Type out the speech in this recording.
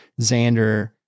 Xander